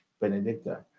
benedicta